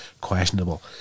questionable